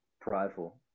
Prideful